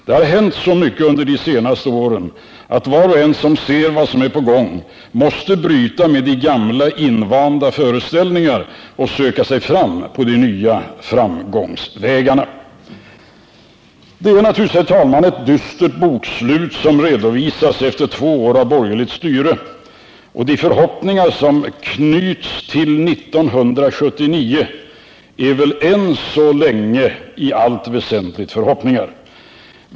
Det har hänt så mycket under de senaste åren att var och en som ser vad som är på gång måste bryta med de gamla invanda föreställningarna och söka sig fram på nya vägar. Det är naturligtvis, herr talman, ett dystert bokslut som redovisas efter två år av borgerligt styre, och de förhoppningar som knyts till 1979 är väl än så länge i allt väsentligt förhoppningar.